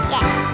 Yes